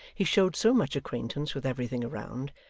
he showed so much acquaintance with everything around,